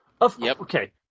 okay